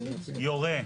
יורה,